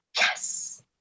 yes